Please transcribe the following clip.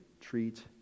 treat